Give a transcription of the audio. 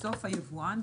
בסוף היבואן,